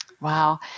Wow